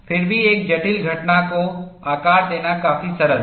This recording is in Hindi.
फिर भी एक जटिल घटना को आकार देना काफी सरल है